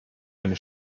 eine